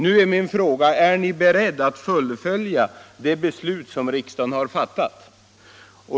Min fråga är alltså: Är ni beredd att fullfölja det beslut som riksdagen har fattat?